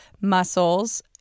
muscles